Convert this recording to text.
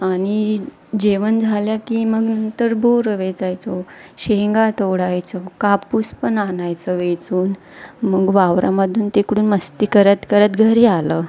आणि जेवण झालं की मग नंतर बोरं वेचायचो शेंगा तोडायचो कापूस पण आणायचो वेचून मग वावरामधून तिकडून मस्ती करत करत घरी आलो